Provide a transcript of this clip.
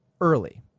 early